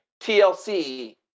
TLC